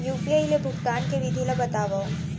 UPI ले भुगतान के विधि ला बतावव